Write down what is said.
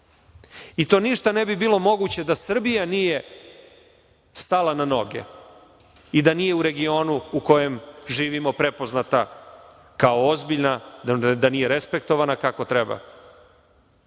i to ništa ne bi bilo moguće da Srbija nije stala na noge i da nije u regionu u kojem živimo prepoznata kao ozbiljna, da nije respektovana kako